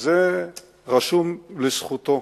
זה רשום לזכותו,